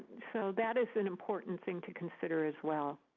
so that is an important thing to consider as well.